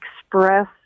express